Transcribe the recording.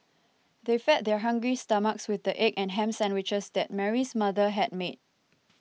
they fed their hungry stomachs with the egg and ham sandwiches that Mary's mother had made